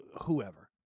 whoever